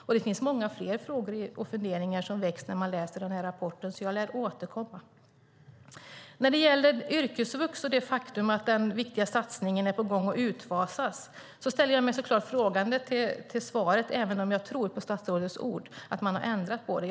Och det finns många fler frågor och funderingar som väcks när man läser den här rapporten, så jag lär återkomma. När det gäller yrkesvux och det faktum att den viktiga satsningen är på gång att fasas ut ställer jag mig så klart frågande till svaret, även om jag tror på statsrådets ord om att man har ändrat på det.